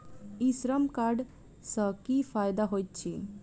ई श्रम कार्ड सँ की फायदा होइत अछि?